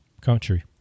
country